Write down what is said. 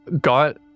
got